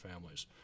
families